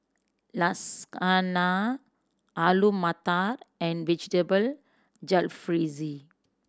Lasagna Alu Matar and Vegetable Jalfrezi